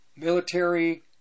Military